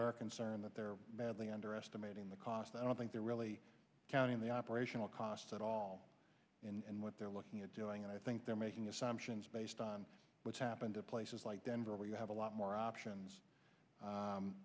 are concerned that they're madly underestimating the cost i don't think they're really counting the operational costs at all and what they're looking at doing and i think they're making assumptions based on what's happened at places like denver where you have a lot more options